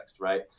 Right